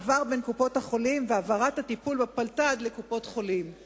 מעבר בין קופות-חולים והעברת הטיפול בפלת"ד,